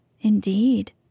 Indeed